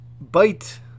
bite